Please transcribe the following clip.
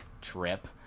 trip